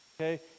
Okay